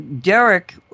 Derek